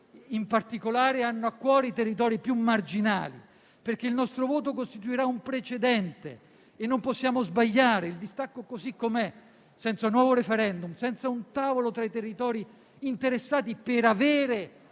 a quelli che hanno a cuore i territori più marginali. Il nostro voto costituirà un precedente e non possiamo sbagliare. Il distacco così com'è, senza un nuovo *referendum* e senza un tavolo tra i territori interessati per avere